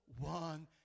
one